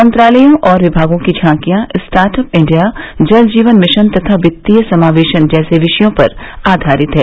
मंत्रालयों और विभागों की झांकियां startup India Jal Jeevan mission तथा वित्तीय समावेशन जैसे विषयों पर आधारित हैं